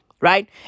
right